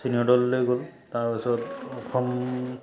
senior দললৈ গ'ল তাৰপিছত অসম